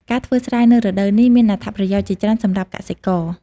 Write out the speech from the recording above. ការធ្វើស្រែនៅរដូវនេះ មានអត្ថប្រយោជន៍ជាច្រើនសម្រាប់កសិករ។